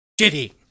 shitty